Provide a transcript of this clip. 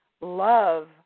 Love